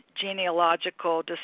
genealogical